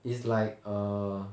is like er